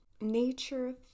Nature